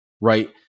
right